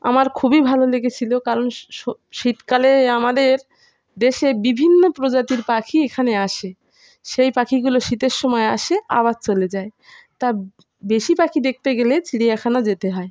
আমার খুবই ভালো লেগেছিলো কারণ শ শীতকালে আমাদের দেশে বিভিন্ন প্রজাতির পাখি এখানে আসে সেই পাখিগুলো শীতের সময় আসে আবার চলে যায় তা বেশি পাখি দেখতে গেলে চিড়িয়াখানা যেতে হয়